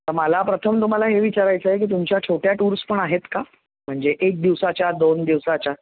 मला प्रथम तुम्हाला हे विचारायचं आहे की तुमच्या छोट्या टूर्स पण आहेत का म्हणजे एक दिवसाच्या दोन दिवसाच्या